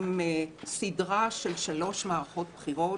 עם סדרה של שלוש מערכות בחירות,